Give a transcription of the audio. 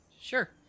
Sure